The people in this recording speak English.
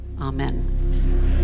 Amen